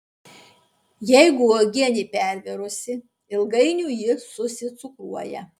jeigu uogienė pervirusi ilgainiui ji susicukruoja